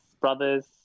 brothers